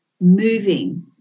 moving